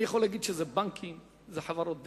אני יכול להגיד שאלה בנקים וחברות דלק,